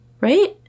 right